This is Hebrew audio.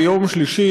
ביום שלישי,